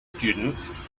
students